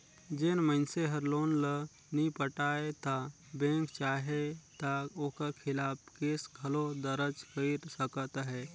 जेन मइनसे हर लोन ल नी पटाय ता बेंक चाहे ता ओकर खिलाफ केस घलो दरज कइर सकत अहे